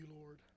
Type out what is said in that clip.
Lord